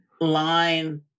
line